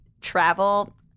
travel